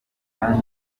kandi